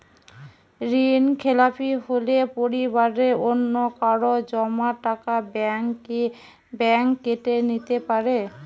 ঋণখেলাপি হলে পরিবারের অন্যকারো জমা টাকা ব্যাঙ্ক কি ব্যাঙ্ক কেটে নিতে পারে?